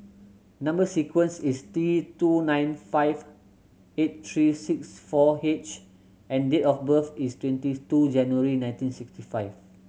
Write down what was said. number sequence is T two nine five eight three six four H and date of birth is twenty two January nineteen sixty five